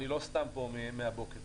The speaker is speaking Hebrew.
סתם פה מהבוקר.